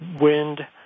wind